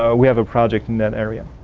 ah we have a project in that area.